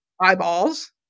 eyeballs